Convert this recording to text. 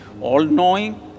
all-knowing